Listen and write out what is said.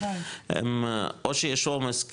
או שיש עומס,